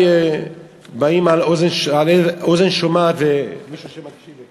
ואני מקווה שדברי באים על אוזן שומעת ומישהו שמקשיב לכך.